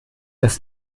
das